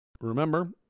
Remember